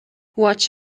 watch